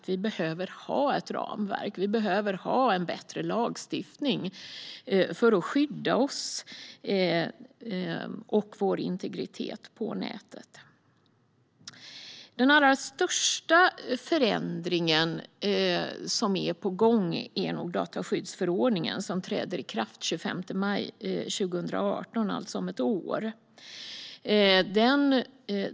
Vi behöver ha ett ramverk och en bättre lagstiftning för att skydda oss och vår integritet på nätet. Den allra största förändringen som är på gång är dataskyddsförordningen som träder i kraft den 25 maj 2018, alltså om ett år.